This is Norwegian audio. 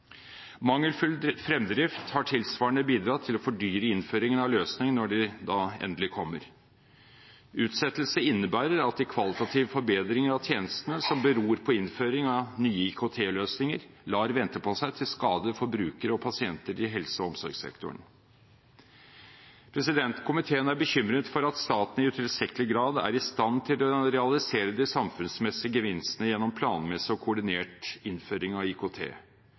Mangelfull fremdrift har tilsvarende bidratt til å fordyre innføringen av løsningene når de endelig kommer. Utsettelse innebærer at de kvalitative forbedringer av tjenestene som beror på innføring av nye IKT-løsninger, lar vente på seg, til skade for brukere og pasienter i helse- og omsorgssektoren. Komiteen er bekymret for at staten i utilstrekkelig grad er i stand til å realisere de samfunnsmessige gevinstene gjennom planmessig og koordinert innføring av IKT.